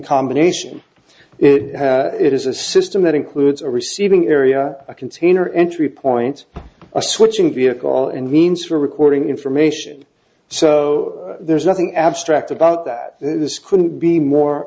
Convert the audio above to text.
combination it is a system that includes a receiving area a container entry point a switching vehicle and means for recording information so there's nothing abstract about that this couldn't be more